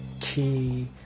key